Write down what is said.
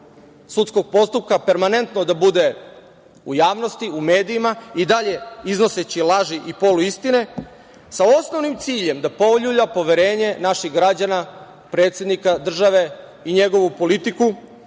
sudskog postupka permanentno da bude u javnosti, u medijima i dalje iznoseći laži i poluistine, sa osnovnim ciljem da poljulja poverenje naših građana u predsednika države i njegovu politiku,